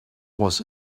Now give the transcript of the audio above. was